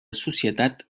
societat